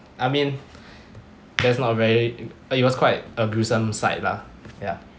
I mean that's not very it was quite a gruesome sight lah ya